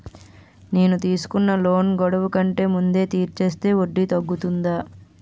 నేను తీసుకున్న లోన్ గడువు కంటే ముందే తీర్చేస్తే వడ్డీ తగ్గుతుందా?